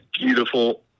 beautiful